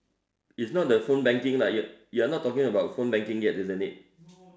is not the phone banking lah y~ you're not talking about phone banking yet isn't it